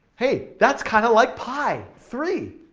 hey, that's kind of like pi, three!